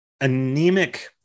anemic